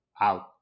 out